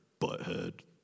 Butthead